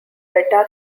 beta